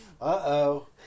uh-oh